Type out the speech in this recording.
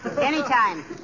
Anytime